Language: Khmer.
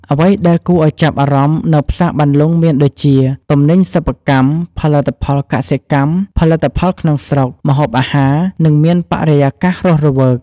អ្វីដែលគួរឲ្យចាប់អារម្មណ៍នៅផ្សារបានលុងមានដូចជា ទំនិញសិប្បកម្ម ផលិតផលកសិកម្ម ផលិតផលក្នុងស្រុក ម្ហូបអាហារ និងមានបរិយាកាសរស់រវើក។